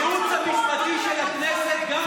הייעוץ המשפטי של הכנסת משפיע גם עלייך.